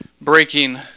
Breaking